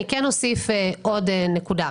אני כן אוסיף עוד נקודה.